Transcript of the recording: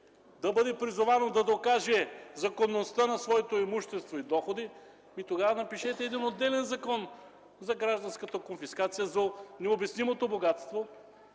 да бъде призовано да докаже законността на своето имущество и доходи, тогава напишете отделен закон за гражданската конфискация, за необяснимото богатство